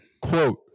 Quote